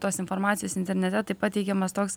tos informacijos internete tai pateikiamas toks